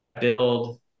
build